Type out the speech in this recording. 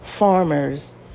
Farmers